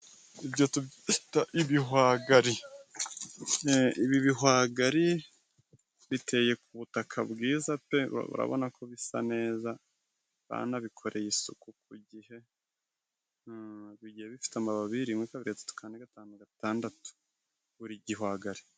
Ibyo tubyita ibihwagari. Ibi bihwagari biteye ku butaka bwiza pe! Urabona ko bisa neza, banabikoreye isuku ku gihe. Bigiye bifite amababi:rimwe kabiri gatatu kane gatanu gatandatu .Buri gihwagari.